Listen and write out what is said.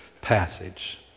passage